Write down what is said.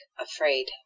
afraid